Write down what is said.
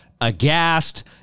aghast